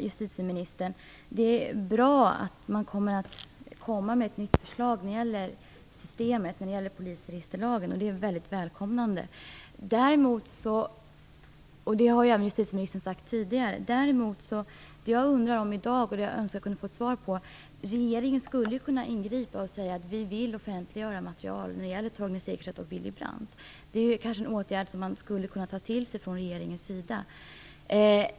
Justitieministern! Det är bra att man kommer med ett nytt förslag om systemet när det gäller polisregisterlagen. Det är väldigt välkommet. Det har justitieministern sagt tidigare. Det jag undrar i dag, och det jag önskar att jag kunde få svar på, är om regeringen kommer att ingripa och säga att man vill offentliggöra material när det gäller Torgny Segerstedt och Willy Brandt. Det kanske är en åtgärd som regeringen skulle kunna ta till.